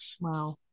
Wow